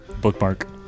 Bookmark